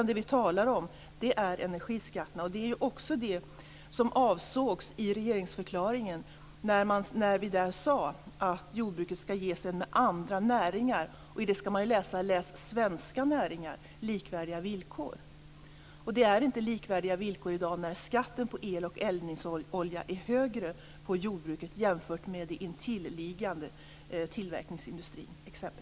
Det vi talar om nu är energiskatterna. Det var också de som avsågs i regeringsförklaring när vi där sade att jordbruket skall ges med andra näringar, och det skall läsas svenska näringar, likvärdiga villkor. Det är inte likvärdiga villkor i dag när skatten på el och eldningsolja är högre i jordbruket jämfört med t.ex.